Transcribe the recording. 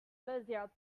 bezier